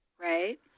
Right